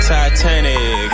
Titanic